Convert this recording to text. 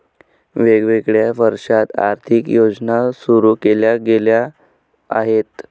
वेगवेगळ्या वर्षांत आर्थिक योजना सुरू केल्या गेल्या आहेत